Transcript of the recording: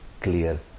clear